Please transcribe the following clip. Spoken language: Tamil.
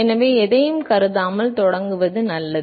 எனவே எதையும் கருதாமல் தொடங்குவது நல்லது